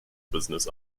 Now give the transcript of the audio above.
business